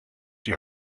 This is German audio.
die